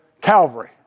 Calvary